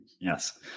Yes